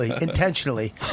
intentionally